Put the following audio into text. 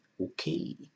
okay